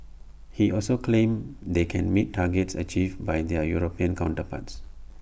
he also claimed they can meet targets achieved by their european counterparts